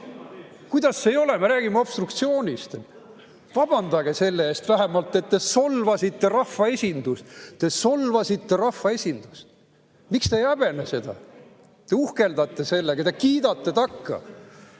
Kuidas ei ole, me räägime obstruktsioonist. Vabandage selle eest vähemalt, et te solvasite rahvaesindust. Te solvasite rahvaesindust! Miks te ei häbene seda? Te uhkeldate sellega, te kiidate takka!